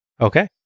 Okay